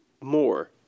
more